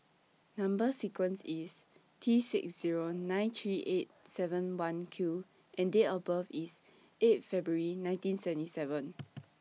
Number sequence IS T six Zero nine three eight seven one Q and Date of birth IS eighth February nineteen seventy seven